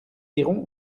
irons